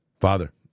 Father